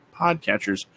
podcatchers